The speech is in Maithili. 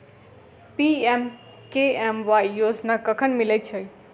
पी.एम.के.एम.वाई योजना कखन मिलय छै?